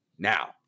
Now